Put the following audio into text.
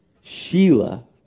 Sheila